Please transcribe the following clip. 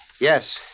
Yes